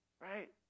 right